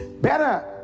Better